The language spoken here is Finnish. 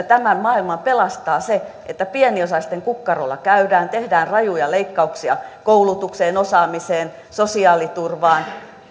tämän maailman pelastaa se että käydään pieniosaisten kukkarolla tehdään rajuja leikkauksia koulutukseen osaamiseen sosiaaliturvaan